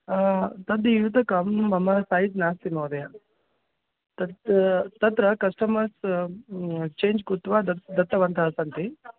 तद् युतकं मम सैज् नास्ति महोदय तत् तत्र कस्टमर्स् चेञ्ज् कृत्वा दत् दत्तवन्तः सन्ति